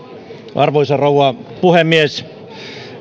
arvoisa rouva puhemies